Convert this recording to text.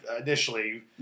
initially